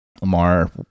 Lamar